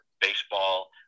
baseball